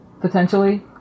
potentially